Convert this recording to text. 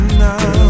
now